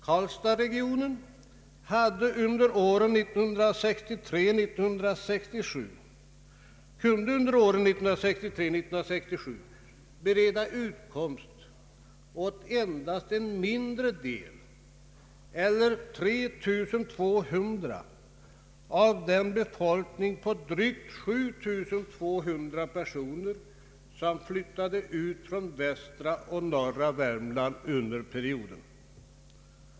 Karlstadsregionen kunde under åren 1963—1967 bereda utkomst åt endast en mindre del eller 3 200 av de drygt 7 200 personer som flyttade ut från västra och norra Värmland under perioden.